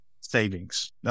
savings